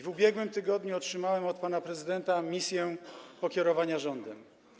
W ubiegłym tygodniu otrzymałem od pana prezydenta misję pokierowania rządem.